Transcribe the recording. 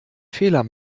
fehler